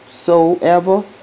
Soever